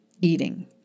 eating